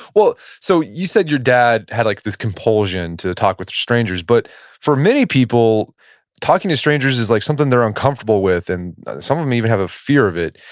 well, so you said your dad had like this compulsion to talk with strangers, but for many people talking to strangers is like something they're uncomfortable with and some of them even have a fear of it.